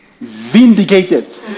vindicated